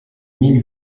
mille